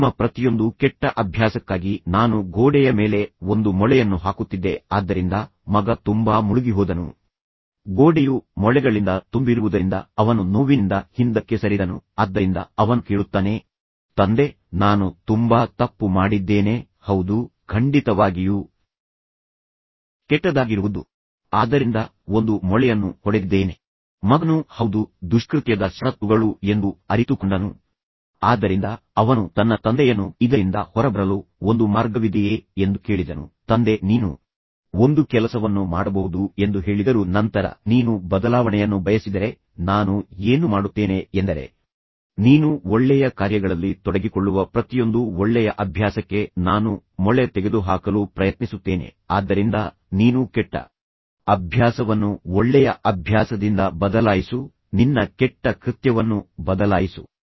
ನಿಮ್ಮ ಪ್ರತಿಯೊಂದು ಕೆಟ್ಟ ಅಭ್ಯಾಸಕ್ಕಾಗಿ ನಾನು ಗೋಡೆಯ ಮೇಲೆ ಒಂದು ಮೊಳೆಯನ್ನು ಹಾಕುತ್ತಿದ್ದೆ ಆದ್ದರಿಂದ ಮಗ ತುಂಬಾ ಮುಳುಗಿಹೋದನು ಗೋಡೆಯು ಮೊಳೆಗಳಿಂದ ತುಂಬಿರುವುದರಿಂದ ಅವನು ನೋವಿನಿಂದ ಹಿಂದಕ್ಕೆ ಸರಿದನು ಆದ್ದರಿಂದ ಅವನು ಕೇಳುತ್ತಾನೆ ತಂದೆ ನಾನು ತುಂಬಾ ತಪ್ಪು ಮಾಡಿದ್ದೇನೆ ಹೌದು ಖಂಡಿತವಾಗಿಯೂ ನೀನು ಮಾಡಿದ ಪ್ರತಿಯೊಂದು ಸಣ್ಣ ಕೆಲಸವೂ ತಪ್ಪಾಗಿರುವುದು ಕೆಟ್ಟದಾಗಿರುವುದು ಆದರಿಂದ ನಾನು ಒಂದು ಮೊಳೆಯನ್ನು ಹೊಡೆದಿದ್ದೇನೆ ಆದ್ದರಿಂದ ಮಗನು ಹೌದು ದುಷ್ಕೃತ್ಯದ ಷರತ್ತುಗಳು ಎಂದು ಅರಿತುಕೊಂಡನು ಆದ್ದರಿಂದ ಅವನು ತನ್ನ ತಂದೆಯನ್ನು ಇದರಿಂದ ಹೊರಬರಲು ಒಂದು ಮಾರ್ಗವಿದೆಯೇ ಎಂದು ಕೇಳಿದನು ತಂದೆ ನೀನು ಒಂದು ಕೆಲಸವನ್ನು ಮಾಡಬಹುದು ಎಂದು ಹೇಳಿದರು ನಂತರ ನೀನು ಬದಲಾವಣೆಯನ್ನು ಬಯಸಿದರೆ ನಾನು ಏನು ಮಾಡುತ್ತೇನೆ ಎಂದರೆ ನೀನು ಒಳ್ಳೆಯ ಕಾರ್ಯಗಳಲ್ಲಿ ತೊಡಗಿಕೊಳ್ಳುವ ಪ್ರತಿಯೊಂದು ಒಳ್ಳೆಯ ಅಭ್ಯಾಸಕ್ಕೆ ನಾನು ಮೊಳೆ ತೆಗೆದುಹಾಕಲು ಪ್ರಯತ್ನಿಸುತ್ತೇನೆ ಆದ್ದರಿಂದ ನೀನು ಕೆಟ್ಟ ಅಭ್ಯಾಸವನ್ನು ಒಳ್ಳೆಯ ಅಭ್ಯಾಸದಿಂದ ಬದಲಾಯಿಸು ನಿನ್ನ ಕೆಟ್ಟ ಕೃತ್ಯವನ್ನು ಬದಲಾಯಿಸು